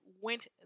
went